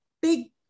big